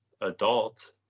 adult